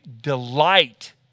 delight